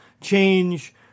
change